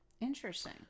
Interesting